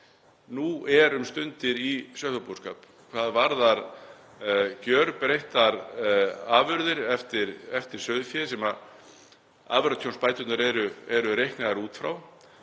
nú um stundir í sauðfjárbúskap hvað varðar gjörbreyttar afurðir eftir sauðfé sem afurðatjónsbæturnar eru reiknaðar út frá.